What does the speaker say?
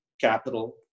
capital